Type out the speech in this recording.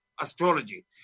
astrology